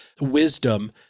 wisdom